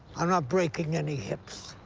i'm not breaking any hips.